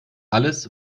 alles